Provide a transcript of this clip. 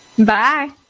Bye